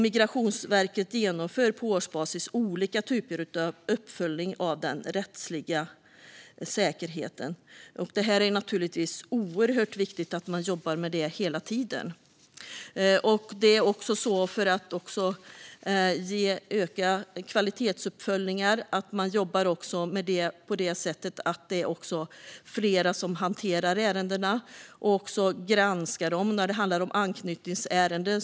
Migrationsverket genomför på årsbasis olika typer av uppföljningar av den rättsliga säkerheten. Det är oerhört viktigt att man jobbar med detta hela tiden. För att öka kvalitetsuppföljningarna jobbar man på ett sätt som innebär att det är flera som hanterar ärendena och granskar dessa när det handlar om anknytningsärenden.